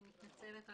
אני מתנצלת.